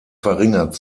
verringert